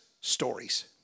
stories